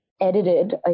edited